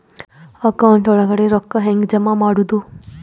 Account ಒಳಗಡೆ ರೊಕ್ಕ ಹೆಂಗ್ ಜಮಾ ಮಾಡುದು?